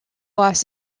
los